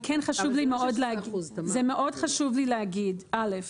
כן לי חשוב מאוד להגיד: ראשית,